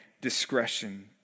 discretion